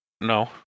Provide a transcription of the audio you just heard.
No